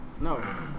no